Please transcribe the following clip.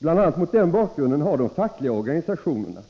Mot bl.a. den bakgrunden har de fackliga organisationerna